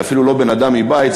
זה אפילו לא בן-אדם מבית,